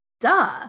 duh